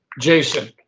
Jason